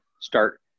start